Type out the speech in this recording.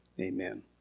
Amen